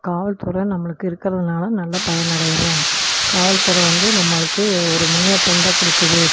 காவல்துறை நம்மளுக்கு இருக்கிறதுனால நல்லா பயனடைகிறோம் காவல்துறை வந்து நம்மளுக்கு ஒரு முன்னேற்றம் தான் கொடுக்குது